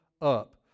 up